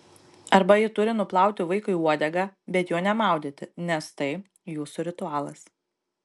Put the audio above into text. arba ji turi nuplauti vaikui uodegą bet jo nemaudyti nes tai jūsų ritualas